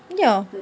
ya